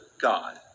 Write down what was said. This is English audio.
God